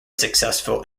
successful